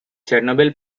chernobyl